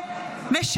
בנט קיבל.